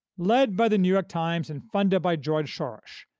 led by the new york times and funded by george soros,